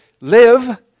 live